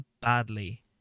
badly